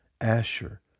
Asher